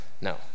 No